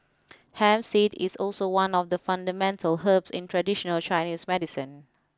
hemp seed is also one of the fundamental herbs in traditional Chinese medicine